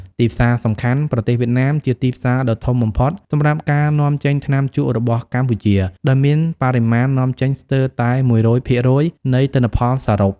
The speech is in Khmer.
ទីផ្សារសំខាន់ ប្រទេសវៀតណាមជាទីផ្សារដ៏ធំបំផុតសម្រាប់ការនាំចេញថ្នាំជក់របស់កម្ពុជា ដោយមានបរិមាណនាំចេញស្ទើរតែ ១០០ភាំគរយនៃទិន្នផលសរុប។